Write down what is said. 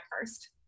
first